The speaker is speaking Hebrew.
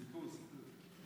סיפור, סיפור.